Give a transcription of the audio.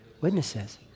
Witnesses